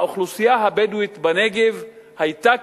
האוכלוסייה הבדואית בנגב היתה קיימת,